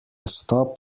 stop